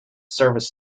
service